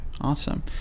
awesome